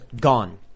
gone